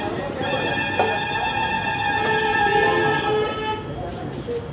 day trading सबसं बेसी विदेशी मुद्रा आ शेयर बाजार मे होइ छै